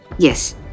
Yes